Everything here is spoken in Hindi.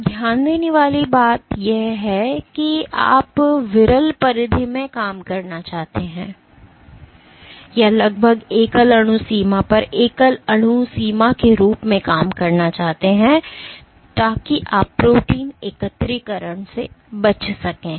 अब ध्यान देने वाली एक बात यह है कि आप विरल परिधि में काम करना चाहते हैं या लगभग एकल अणु सीमा पर एकल अणु सीमा के रूप में काम करना चाहते हैं ताकि आप प्रोटीन एकत्रीकरण से बच सकें